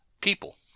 people